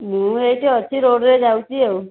ମୁଁ ଏଇଠି ଅଛି ରୋଡ଼୍ରେ ଯାଉଛି ଆଉ